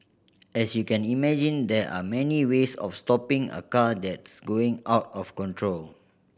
as you can imagine there are many ways of stopping a car that's going out of control